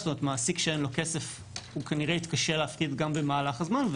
מעסיק שאין לו כסף כנראה יתקשה להפקיד גם במהלך הזמן,